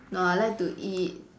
no I like to eat